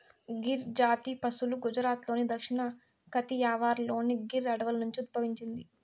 గిర్ జాతి పసులు గుజరాత్లోని దక్షిణ కతియావార్లోని గిర్ అడవుల నుండి ఉద్భవించింది